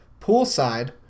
poolside